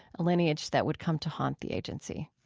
a lineage that would come to haunt the agency.